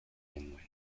genuen